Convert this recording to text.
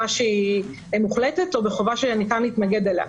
בחובה שהיא מוחלטת או שהיא בחובה שניתן להתנגד אליה,